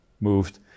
moved